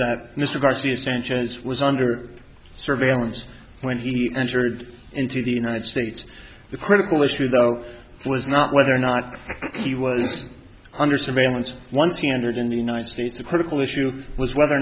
that mr garcia sanchez was under surveillance when he entered into the united states the critical issue though was not whether or not he was under surveillance once he entered in the united states the critical issue was whether or